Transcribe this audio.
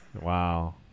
Wow